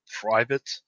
private